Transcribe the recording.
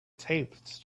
taped